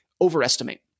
overestimate